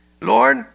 Lord